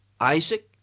Isaac